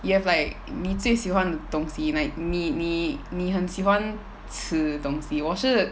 you have like 你最喜欢的东西 like 你你你很喜欢吃东西我是